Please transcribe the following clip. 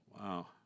Wow